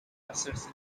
assets